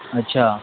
अच्छा